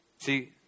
See